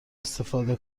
استفاده